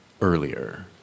earlier